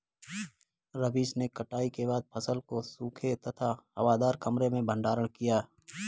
रवीश ने कटाई के बाद फसल को सूखे तथा हवादार कमरे में भंडारण किया